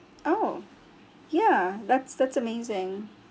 oh ya that's that's amazing